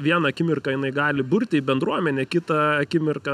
vieną akimirką jinai gali burti į bendruomenę kitą akimirką